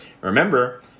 Remember